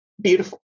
beautiful